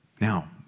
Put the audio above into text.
Now